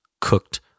cooked